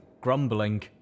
grumbling